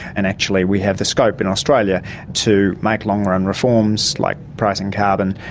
and actually we have the scope in australia to make long-run reforms like pricing carbon,